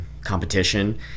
competition